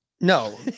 No